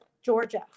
georgia